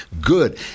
good